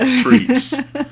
Treats